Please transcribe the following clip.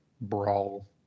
brawl